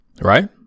right